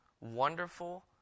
wonderful